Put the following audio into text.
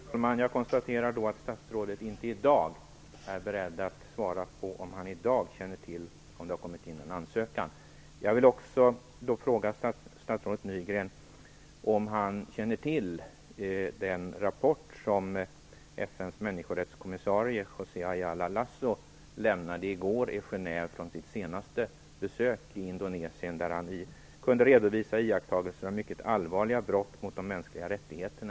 Fru talman! Jag konstaterar att statsrådet inte i dag är beredd att svara på om han i dag känner till om det har kommit in någon ansökan. Jag vill också fråga statsrådet Nygren om han känner till den rapport som FN:s människorättskommissarie José Ayala Lasso lämnade i går i Genève från sitt senaste besök i Indonesien. Han redovisade där iakttagelser från Östtimor av mycket allvarliga brott mot de mänskliga rättigheterna.